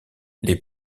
les